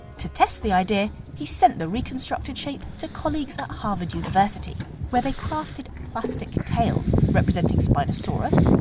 to test the idea, he sent the reconstructed shape to colleagues at harvard university where they crafted plastic tails representing spinosaurus,